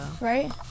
right